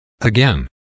Again